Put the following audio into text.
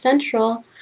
Central